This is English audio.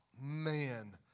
man